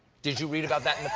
did you read about that